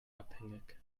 abhängig